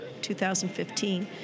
2015